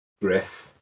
Griff